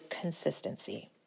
consistency